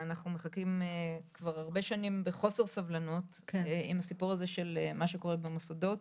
אנחנו מחכים כבר הרבה שנים בחוסר סבלנות עם הסיפור של מה שקורה במוסדות.